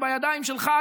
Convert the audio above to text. זה בידיים שלך.